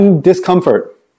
discomfort